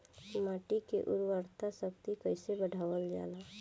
माटी के उर्वता शक्ति कइसे बढ़ावल जाला?